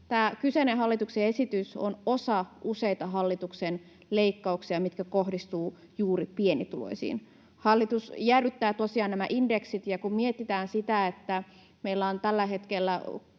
kyseinen hallituksen esitys on osa useita hallituksen leikkauksia, mitkä kohdistuvat juuri pienituloisiin. Hallitus jäädyttää tosiaan nämä indeksit, ja kun mietitään sitä, että meillä on tällä hetkellä